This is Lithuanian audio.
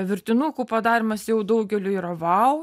virtinukų padarymas jau daugeliui yra vau